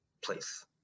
place